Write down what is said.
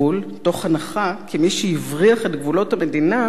מתוך הנחה כי מי שהבריח את גבולות המדינה עושה